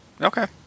Okay